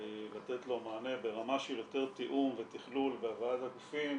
לתת לו מענה ברמה של יותר תיאום ותכלול והבאת הגופים,